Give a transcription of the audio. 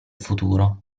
futuro